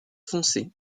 foncé